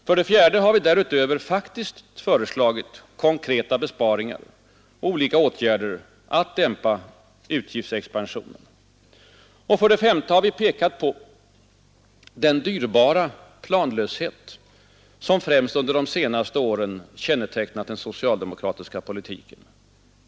För det fjärde har vi därutöver faktiskt föreslagit konkreta besparingar och liknande åtgärder för att dämpa utgiftsexpansionen. För det femte har vi pekat på den dyrbara planlöshet som främst under de senaste åren har kännetecknat den socialdemokratiska politiken.